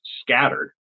scattered